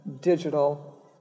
digital